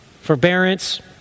Forbearance